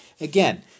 again